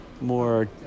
more